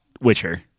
Witcher